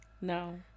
No